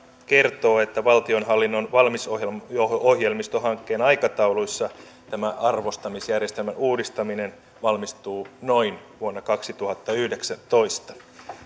kertoo että valtionhallinnon valmisohjelmistohankkeen aikatauluissa tämä arvostamisjärjestelmän uudistaminen valmistuu noin vuonna kaksituhattayhdeksäntoista